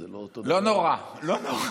אז זה לא, לא נורא, לא נורא.